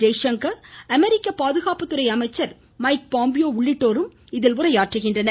ஜெய்சங்கர் அமெரிக்க பாதுகாப்பு துறை அமைச்சர் மைக் பாம்பியோ உள்ளிட்டோரும் உரையாற்றுகின்றனர்